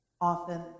often